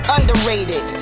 Underrated